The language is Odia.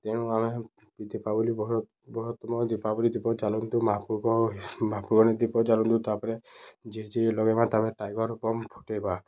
ତେଣୁ ଆମେ ଦୀପାବଲି ବୃହତମ ଦୀପାବଲି ଦୀପ ଜାଲନ୍ତୁ ମହାପୁରୁଙ୍କ ମହାପୁରୁ ଆଣି ଦୀପ ଜାଲନ୍ତୁ ତା'ପରେ ଝିରିଝିରି ଲଗାଇବା ତା'ପରେ ଟାଇଗର୍ ବମ୍ ଫୁଟାଇବା